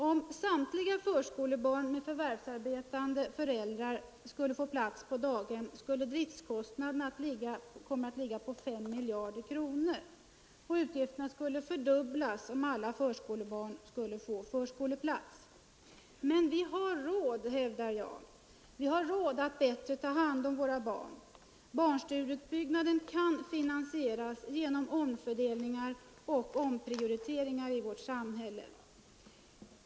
Om samtliga förskolebarn med förvärvsarbetande föräldrar skulle få plats på daghem, skulle driftkostnaderna komma att ligga på 5 miljarder kronor, och utgifterna skulle fördubblas om alla förskolebarn skulle få förskoleplats. Men jag hävdar att vi har råd att bättre ta hand om våra barn. Barnstugeutbyggnaden kan finansieras genom omfördelningar och omprioriteringar i vårt samhälle.